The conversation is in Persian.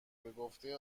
بگفته